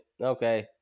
okay